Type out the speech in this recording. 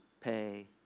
pay